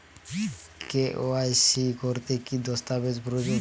KYC করতে কি দস্তাবেজ প্রয়োজন?